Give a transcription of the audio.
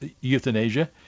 euthanasia